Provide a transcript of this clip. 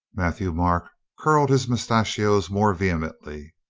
matthieu-marc curled his moustachios more ve hemently.